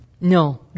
No